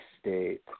state